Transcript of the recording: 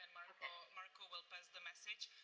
marco marco will pass the message.